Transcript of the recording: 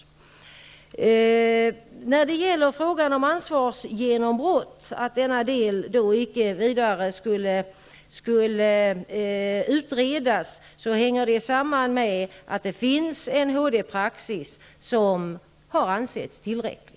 Ulla-Britt Åbark tog upp att frågan om ansvarsgenombrott inte längre skall utredas. Det hänger samman med att den HD-praxis som finns har ansetts tillräcklig.